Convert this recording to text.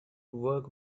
work